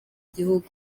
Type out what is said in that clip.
gihugu